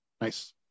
nice